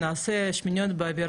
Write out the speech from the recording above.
נעשה שמיניות באוויר,